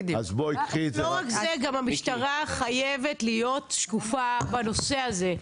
לא רק זה, המשטרה גם חייבת להיות שקופה בנושא הזה.